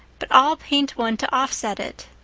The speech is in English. but i'll paint one to offset it.